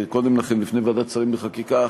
וקודם לכן בפני ועדת שרים לחקיקה,